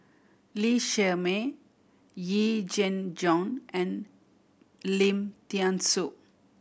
Lee Shermay Yee Jenn Jong and Lim Thean Soo